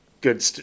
good